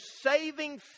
saving